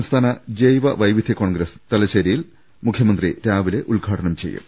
സംസ്ഥാന ജൈവ വൈവിധ്യ കോൺഗ്രസ് തലശ്ശേരിയിൽ മുഖ്യ മന്ത്രി രാവിലെ ഉദ്ഘാടനം ചെയ്യും